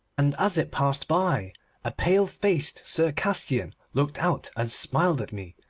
and as it passed by a pale-faced circassian looked out and smiled at me.